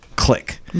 click